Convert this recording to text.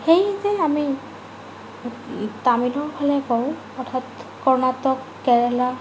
সেইযে আমি তামিলৰ ফালে কওঁ অৰ্থাৎ কৰ্ণাটক কেৰেলা